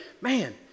man